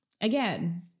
again